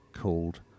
called